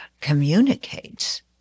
communicates